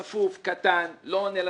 צפוף, קטן, לא עונה לצרכים.